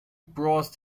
broad